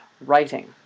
Writing